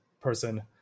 person